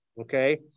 okay